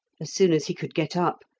as soon as he could get up,